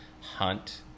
hunt